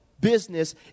business